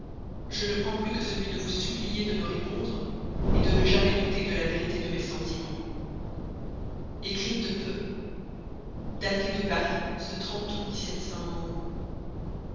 je ne prends plus que celui de vous supplier de me répondre de ne jamais douter de la vérité de mes sentiments écrite de p daté de paris ce